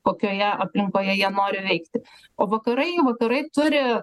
kokioje aplinkoje jie nori veikti o vakarai vakarai turi